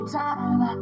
time